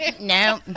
No